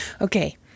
Okay